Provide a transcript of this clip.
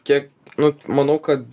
kiek nu manau kad